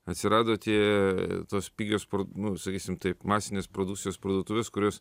atsirado tie tos pigios nu sakysim taip masinės produkcijos parduotuvės kurios